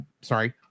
Sorry